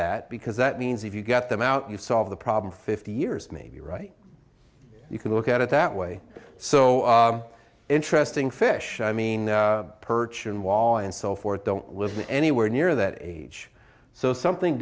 that because that means if you got them out you solve the problem fifty years maybe right you can look at it that way so interesting fish i mean perch and wall and so forth don't listen anywhere near that age so something